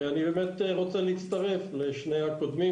אני רוצה להצטרף לשני הדוברים הקודמים,